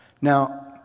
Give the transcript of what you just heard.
Now